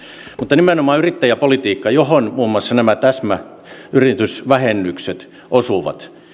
mutta nimenomaan yrittäjäpolitiikka johon muun muassa nämä täsmäyritysvähennykset osuvat